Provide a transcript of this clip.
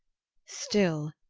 still,